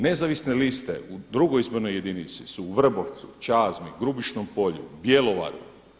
Nezavisne liste u drugoj izbornoj jedinici su u Vrbovcu, Čazmi, Grubišnom Polju, Bjelovaru.